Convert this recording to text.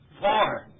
Four